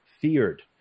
feared